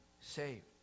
saved